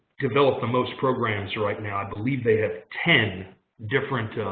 developed the most programs right now. i believe they had ten different